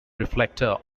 reflector